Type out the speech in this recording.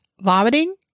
vomiting